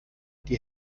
die